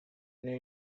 new